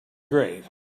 grave